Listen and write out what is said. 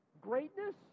Greatness